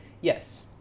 Yes